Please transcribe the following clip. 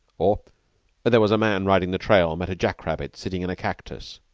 or there was a man riding the trail met a jack-rabbit sitting in a cactus,